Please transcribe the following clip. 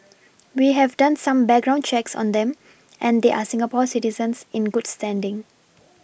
we have done some background checks on them and they are Singapore citizens in good standing